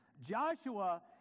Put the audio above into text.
Joshua